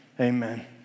amen